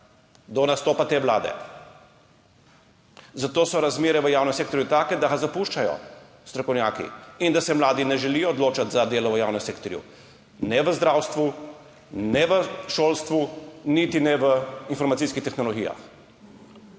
do nastopa te vlade in zato so razmere v javnem sektorju take, da ga zapuščajo strokovnjaki in da se mladi ne želijo odločati za delo v javnem sektorju, ne v zdravstvu, ne v šolstvu, niti ne v informacijskih tehnologijah.